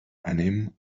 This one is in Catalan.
anem